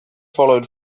followed